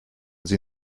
sie